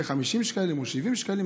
יהיו עוד 50 שקלים או 70 שקלים,